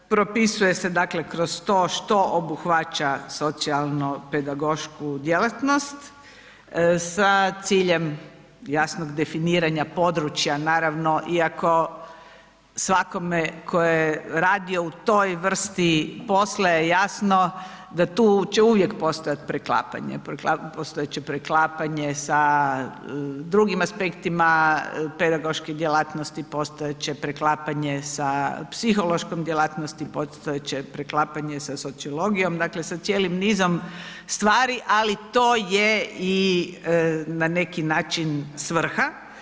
Propisuje se dakle kroz to što obuhvaća socijalno-pedagošku djelatnost sa ciljem jasnog definiranja područja naravno iako svakome tko je radio u toj vrsti posla je jasno da tu će uvijek postojat preklapanje, postojat će preklapanje sa drugim aspektima pedagoške djelatnosti, postojat će preklapanje sa psihološkom djelatnosti, postojat će preklapanje sa sociologijom, dakle sa cijelim nizom stvari, ali to je i na neki način svrha.